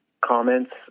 comments